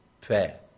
prayer